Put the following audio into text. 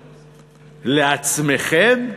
לעצמכם?